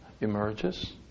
emerges